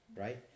right